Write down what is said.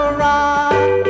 rock